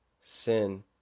sin